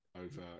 over